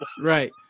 right